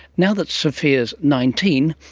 now that zofia is nineteen,